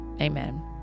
Amen